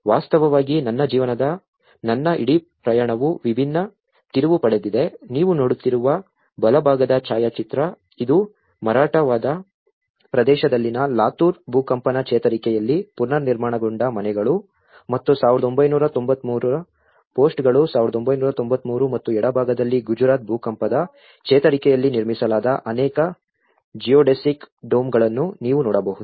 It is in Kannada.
ವಾಸ್ತವವಾಗಿ ನನ್ನ ಜೀವನದ ನನ್ನ ಇಡೀ ಪ್ರಯಾಣವು ವಿಭಿನ್ನ ತಿರುವು ಪಡೆದಿದೆ ನೀವು ನೋಡುತ್ತಿರುವ ಬಲಭಾಗದ ಛಾಯಾಚಿತ್ರ ಇದು ಮರಾಠವಾಡ ಪ್ರದೇಶದಲ್ಲಿನ ಲಾತೂರ್ ಭೂಕಂಪನ ಚೇತರಿಕೆಯಲ್ಲಿ ಪುನರ್ನಿರ್ಮಾಣಗೊಂಡ ಮನೆಗಳು ಮತ್ತು 1993 ಪೋಸ್ಟ್ಗಳು 1993 ಮತ್ತು ಎಡಭಾಗದಲ್ಲಿ ಗುಜರಾತ್ ಭೂಕಂಪದ ಚೇತರಿಕೆಯಲ್ಲಿ ನಿರ್ಮಿಸಲಾದ ಅನೇಕ ಜಿಯೋಡೆಸಿಕ್ ಡೋಮ್ಗಳನ್ನು ನೀವು ನೋಡಬಹುದು